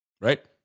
right